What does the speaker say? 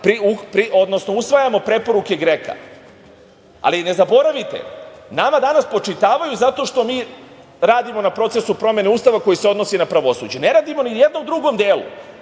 odnosno usvajamo preporuke GREKO-a. Ne zaboravite, nama danas spočitavaju zato što mi radimo na procesu promene Ustava koji se odnosi na pravosuđe. Ne radimo ni o jednom drugom delu,